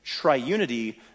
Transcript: Triunity